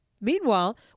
Meanwhile